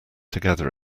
together